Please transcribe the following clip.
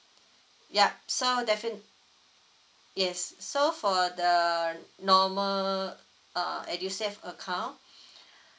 yup so defi~ yes so for the normal uh edusave account